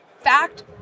fact